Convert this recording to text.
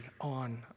on